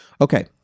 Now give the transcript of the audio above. Okay